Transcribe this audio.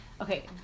Okay